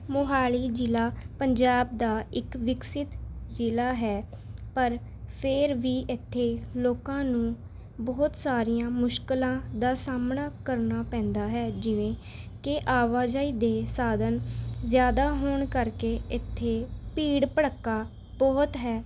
ਮੋਹਾਲੀ ਜ਼ਿਲ੍ਹਾ ਪੰਜਾਬ ਦਾ ਇੱਕ ਵਿਕਸਿਤ ਜ਼ਿਲ੍ਹਾ ਹੈ ਪਰ ਫਿਰ ਵੀ ਇੱਥੇ ਲੋਕਾਂ ਨੂੰ ਬਹੁਤ ਸਾਰੀਆਂ ਮੁਸ਼ਕਲਾਂ ਦਾ ਸਾਹਮਣਾ ਕਰਨਾ ਪੈਂਦਾ ਹੈ ਜਿਵੇਂ ਕਿ ਆਵਾਜਾਈ ਦੇ ਸਾਧਨ ਜ਼ਿਆਦਾ ਹੋਣ ਕਰਕੇ ਇੱਥੇ ਭੀੜ ਭੜੱਕਾ ਬਹੁਤ ਹੈ